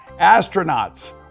Astronauts